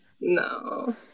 No